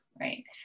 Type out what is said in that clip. right